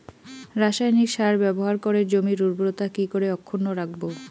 রাসায়নিক সার ব্যবহার করে জমির উর্বরতা কি করে অক্ষুণ্ন রাখবো